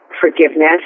forgiveness